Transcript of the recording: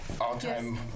All-time